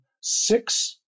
six